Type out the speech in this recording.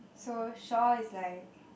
so Shaw is like